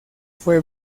fue